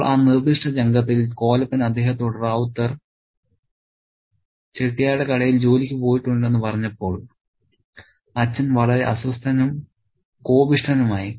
ഇപ്പോൾ ആ നിർദ്ദിഷ്ട രംഗത്തിൽ കോലപ്പൻ അദ്ദേഹത്തോട് റൌത്തർ ചെട്ടിയാരുടെ കടയിൽ ജോലിക്ക് പോയിട്ടുണ്ടെന്ന് പറഞ്ഞപ്പോൾ അച്ഛൻ വളരെ അസ്വസ്ഥനും കോപിഷ്ഠനുമായി